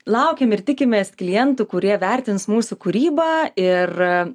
laukiam ir tikimės klientų kurie vertins mūsų kūrybą ir